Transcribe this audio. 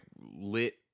lit